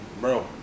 bro